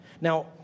Now